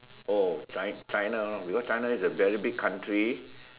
oh chi~ China know because China is a very big country